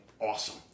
awesome